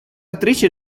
attrice